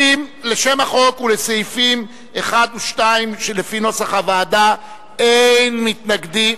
לשם החוק ולסעיפים 1 ו-2 לפי נוסח הוועדה אין מתנגדים.